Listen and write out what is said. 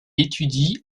étudie